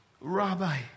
Rabbi